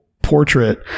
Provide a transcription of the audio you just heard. Portrait